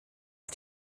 auf